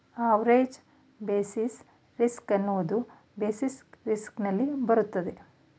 average basis risk ಎನ್ನುವುದು basis risk ನಲ್ಲಿ ಬರುತ್ತದೆ